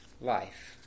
life